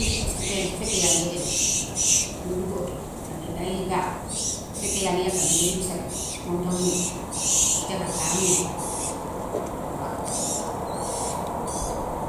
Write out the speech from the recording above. Paska tay bu fekkee yaa ngee dem, nga duggu oto dangay day gaaw. Fekkee yaa ngi yàkkamti nga dugg sareet, moom tam noonu, jakartaa noonu, waaw.